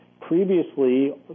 Previously